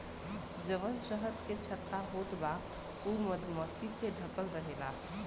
जवन शहद के छत्ता होत बा उ मधुमक्खी से ढकल रहेला